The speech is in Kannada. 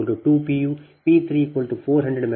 u P 3 400 MW 4